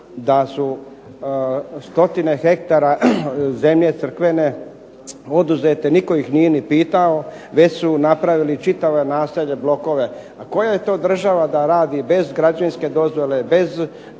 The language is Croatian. da su stotine hektara zemlje crkvene oduzete, nitko ih nije ni pitao već su napravili čitava naselja, blokove. A koja je to država da radi bez građevinske dozvole, bez